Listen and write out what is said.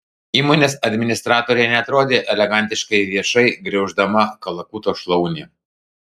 įmonės administratorė neatrodė elegantiškai viešai griauždama kalakuto šlaunį